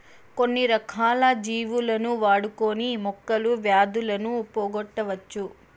కొన్ని రకాల జీవులను వాడుకొని మొక్కలు వ్యాధులను పోగొట్టవచ్చు